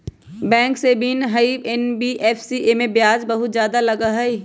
Bank से भिन्न हई एन.बी.एफ.सी इमे ब्याज बहुत ज्यादा लगहई?